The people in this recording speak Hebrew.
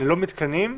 ללא מתקנים,